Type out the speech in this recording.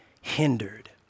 hindered